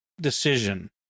decision